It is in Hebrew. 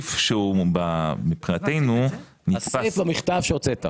הסייף מבחינתנו נתפס -- הסייף במכתב שהוצאת.